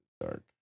dark